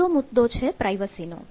આગલો મુદ્દો છે પ્રાયવસી નો